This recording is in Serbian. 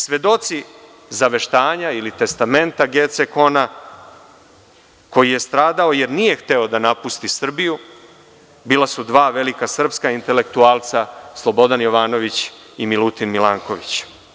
Svedoci zaveštanja ili testamenta Gece Kona, koji je stradao jer nije hteo da napusti Srbiju, bila su dva velika srpska intelektualca Slobodan Jovanović i Milutin Milanković.